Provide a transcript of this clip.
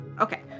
Okay